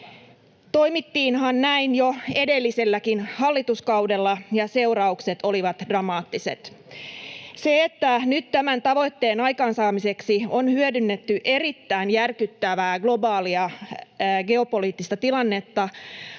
Toimittiinhan näin jo edelliselläkin hallituskaudella, ja seuraukset olivat dramaattiset. Se, että nyt tämän tavoitteen aikaansaamiseksi on hyödynnetty erittäin järkyttävää globaalia geopoliittista tilannetta,